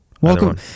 welcome